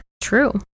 True